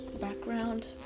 background